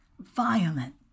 violent